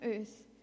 earth